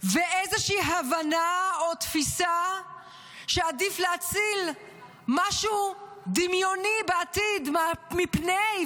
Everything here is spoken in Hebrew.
ואיזושהי הבנה או תפיסה שעדיף להציל משהו דמיוני בעתיד מפני,